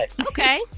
Okay